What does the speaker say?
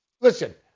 Listen